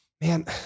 Man